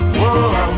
Whoa